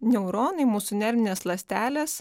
neuronai mūsų nervinės ląstelės